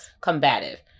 combative